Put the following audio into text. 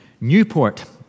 Newport